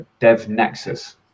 DevNexus